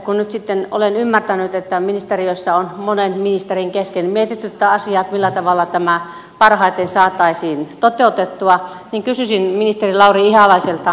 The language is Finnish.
kun nyt sitten olen ymmärtänyt että ministeriössä on monen ministerin kesken mietitty tätä asiaa että millä tavalla tämä parhaiten saataisiin toteutettua niin kysyisin ministeri lauri ihalaiselta